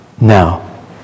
Now